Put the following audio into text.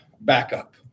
backup